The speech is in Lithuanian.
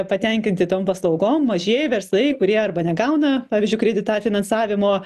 patenkinti tom paslaugom mažieji verslai kurie arba negauna pavyzdžiui kreditą finansavimo